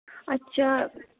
اَچھا